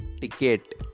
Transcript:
ticket